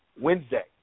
Wednesday